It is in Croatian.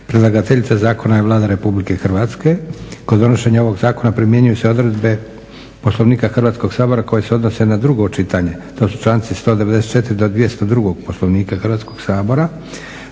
Predlagateljica zakona je Vlada RH. Kod donošenja ovog zakona primjenjuju se odredbe Poslovnika Hrvatskog sabora koje se odnose na drugo čitanje, to su članci 194. do 202. Poslovnika Hrvatskog sabora.